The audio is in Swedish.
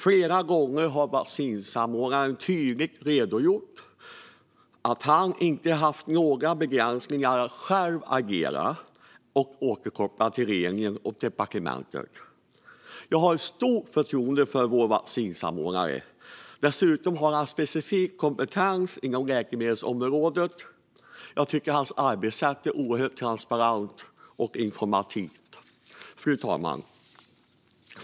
Flera gånger har vaccinsamordnaren tydligt redogjort för att han inte haft några begränsningar att själv agera och återkoppla till regeringen och departementet. Jag har ett stort förtroende för vår vaccinsamordnare. Dessutom har han specifik kompetens inom läkemedelsområdet. Jag tycker att hans arbetssätt är oerhört transparent och informativt. Fru talman!